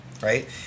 right